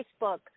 Facebook